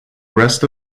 rest